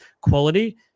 quality